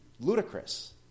ludicrous